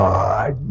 God